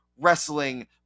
Wrestling